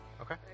Okay